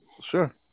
Sure